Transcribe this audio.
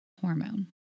hormone